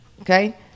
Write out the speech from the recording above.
Okay